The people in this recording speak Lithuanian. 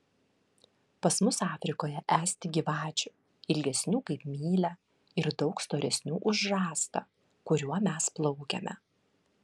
pas mus afrikoje esti gyvačių ilgesnių kaip mylia ir daug storesnių už rąstą kuriuo mes plaukiame